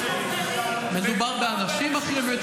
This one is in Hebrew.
מדובר באנשים אחרים.